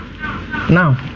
now